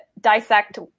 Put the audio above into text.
dissect